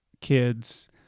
kids